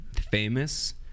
famous